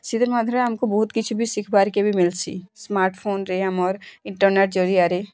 ସେଥିର୍ ମଧ୍ୟରେ ଆମ୍କୁ ବହୁତ୍ କିଛି ବି ଶିଖିବାର୍କେ ବି ମିଲ୍ଛି ସ୍ମାର୍ଟ୍ ଫୋନ୍ରେ ଆମର୍ ଇଣ୍ଟରନେଟ୍ ଜରିଆରେ